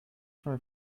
sure